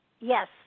yes